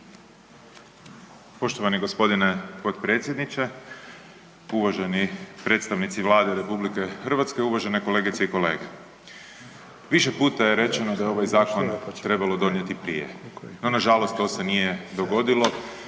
Poštovani g. potpredsjedniče. Uvaženi predstavnici Vlade RH, uvažene kolegice i kolege. Više puta je rečeno da je ovaj zakon trebalo donijeti prije. No, nažalost to se nije dogodilo